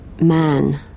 man